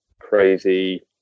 crazy